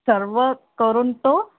सर्व करून तो